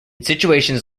situations